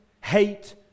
hate